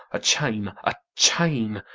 a chain, a chain.